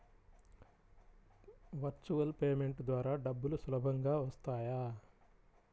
Virtual payment ద్వారా డబ్బులు సులభంగా వస్తాయా?